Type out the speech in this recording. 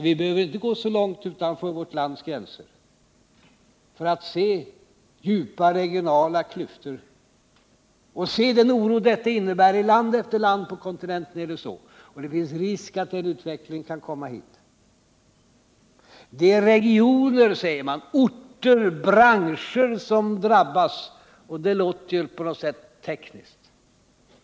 Vi behöver inte gå så långt utanför vårt lands gränser för att se djupa regionala klyftor och den oro detta innebär. I land efter land på kontinenten är det så, och det finns risk för att den utvecklingen kan komma hit. Det är, säger man, regioner, orter och branscher som drabbas, och det låter på något sätt tekniskt.